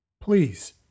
Please